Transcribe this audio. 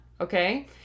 Okay